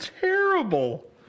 terrible